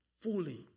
fully